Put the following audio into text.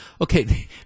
okay